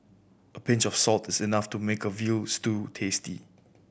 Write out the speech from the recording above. a pinch of salt is enough to make a veal stew tasty